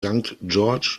george’s